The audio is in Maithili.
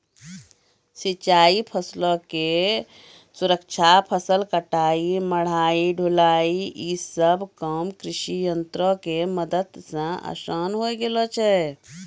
सिंचाई, फसलो के सुरक्षा, फसल कटाई, मढ़ाई, ढुलाई इ सभ काम कृषियंत्रो के मदत से असान होय गेलो छै